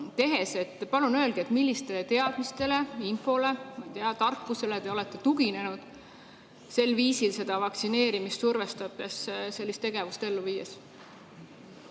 tehes. Palun öelge, millistele teadmistele, millisele infole, tarkusele te olete tuginenud sel viisil seda vaktsineerimist survestades, sellist tegevust ellu viies.